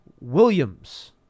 Williams